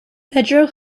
pedro